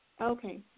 Okay